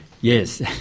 yes